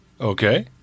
Okay